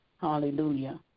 Hallelujah